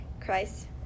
Christ